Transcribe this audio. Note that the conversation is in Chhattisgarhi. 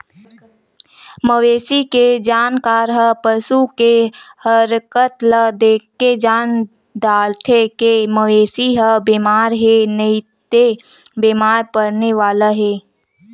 मवेशी के जानकार ह पसू के हरकत ल देखके जान डारथे के मवेशी ह बेमार हे नइते बेमार परने वाला हे